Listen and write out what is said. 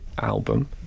album